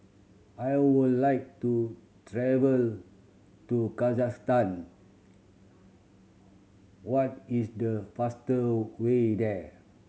I would like to travel to Kazakhstan what is the faster way there